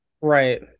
Right